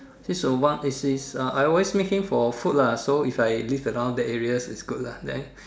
since awhile is is uh I always meet him for food lah so if I leave around that area is good lah then